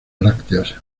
brácteas